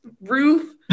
roof